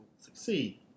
succeed